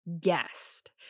guest